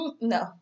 no